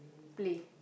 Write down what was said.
play